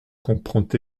comprend